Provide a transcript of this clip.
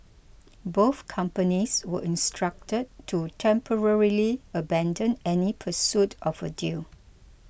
both companies were instructed to temporarily abandon any pursuit of a deal